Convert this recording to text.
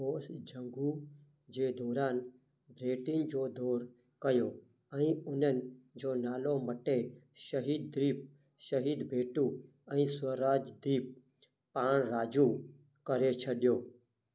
बोस जंगु जे दौरानु बेटिनि जो दौर कयो ऐं उन्हनि जो नालो मटे शहीद द्वीप शहीद बेटु ऐं स्वराज दीप पाण राजु करे छडि॒यो